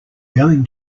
going